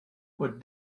for